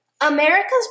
America's